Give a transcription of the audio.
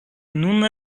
nun